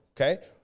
okay